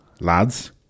Lads